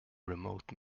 remote